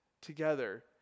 together